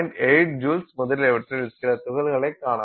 8 joule முதலியவற்றில் சில துகள்களைக் காணலாம்